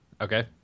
Okay